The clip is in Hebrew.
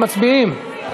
מצביעים.